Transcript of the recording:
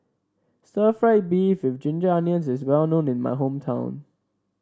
Stir Fried Beef with Ginger Onions is well known in my hometown